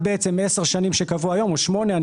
עשר שנים שקבוע היום או שמונה שנים,